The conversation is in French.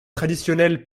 traditionnelle